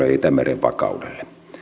ja itämeren vakaudelle